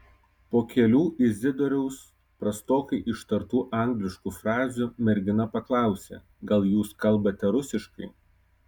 po kelių izidoriaus prastokai ištartų angliškų frazių mergina paklausė gal jūs kalbate rusiškai